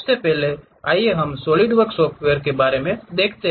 सबसे पहले आइए हम इस सॉलिडवर्क्स सॉफ़्टवेयर को फिर से देखें